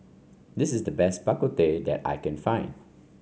this is the best Bak Kut Teh that I can find